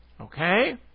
Okay